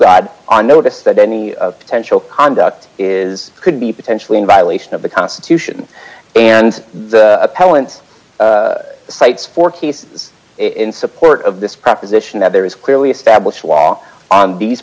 god on notice that any potential conduct is could be potentially in violation of the constitution and the appellant's sites for cases in support of this proposition that there is clearly established law on these